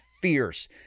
fierce